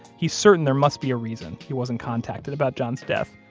he's certain there must be a reason he wasn't contacted about john's death.